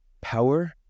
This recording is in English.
power